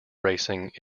racing